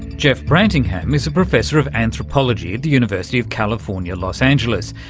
jeff brantingham is a professor of anthropology at the university of california, los angeles,